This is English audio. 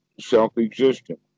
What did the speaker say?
self-existent